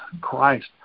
Christ